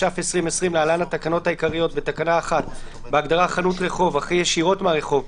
התשפ"א-2020 בתוקף סמכותה לפי סעיפים 4,